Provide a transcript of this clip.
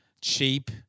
cheap